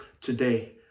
today